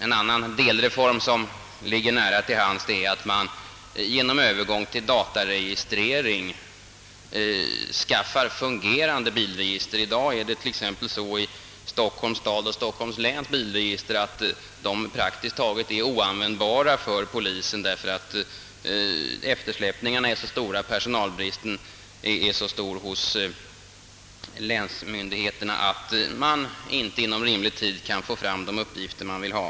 En annan delreform, som ligger nära till hands, är att man genom övergång till dataregistrering skaffar fungerande bilregister. I dag är t.ex. Stockholms stads och läns bilregister praktiskt taget oanvändbara för polisen, eftersom eftersläpningarna och personalbristen är så stora hos länsmyndigheterna, att man inte inom rimlig tid kan få fram de uppgifter man vill ha.